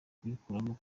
kuyikuramo